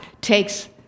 takes